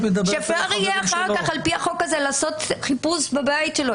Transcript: אפשר יהיה אחר כך על פי החוק הזה לעשות חיפוש בבית שלו,